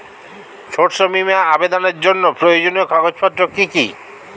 শস্য বীমা আবেদনের জন্য প্রয়োজনীয় কাগজপত্র কি কি?